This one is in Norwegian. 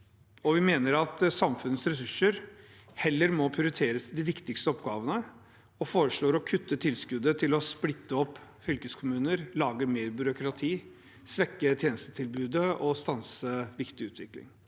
Vi mener samfunnets ressurser heller må prioriteres til de viktigste oppgavene, og foreslår å kutte tilskuddet til å splitte opp fylkeskommuner, lage mer byråkrati, svekke tjenestetilbudet og stanse viktig utvikling.